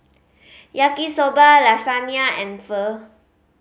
Yaki Soba Lasagna and Pho